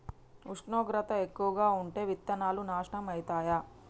ఉష్ణోగ్రత ఎక్కువగా ఉంటే విత్తనాలు నాశనం ఐతయా?